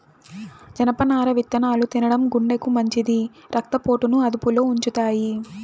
జనపనార విత్తనాలు తినడం గుండెకు మంచిది, రక్త పోటును అదుపులో ఉంచుతాయి